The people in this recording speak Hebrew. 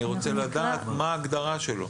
אני רוצה לדעת מה ההגדרה שלו.